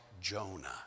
Jonah